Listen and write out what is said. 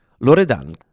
Loredan